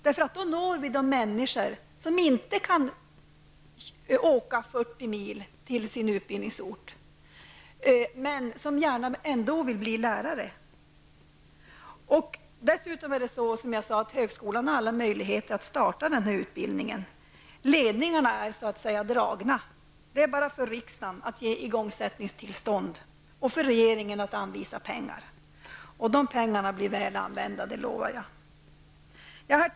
På det sättet når vi de människor som inte kan åka 40 mil till sin utbildningsort, men som ändå gärna vill bli lärare. Dessutom har högskolan i Luleå alla möjligheter att starta denna utbildning. Ledningarna är så att säga redan dragna. Det är bara för riksdagen att ge igångsättningstillstånd och för regeringen att anvisa pengar. De pengarna blir väl använda, det lovar jag. Herr talman!